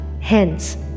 Hence